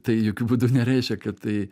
tai jokiu būdu nereiškia kad tai